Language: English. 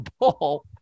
ball